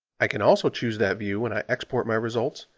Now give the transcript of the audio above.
i can also choose that view when i export my results,